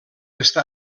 està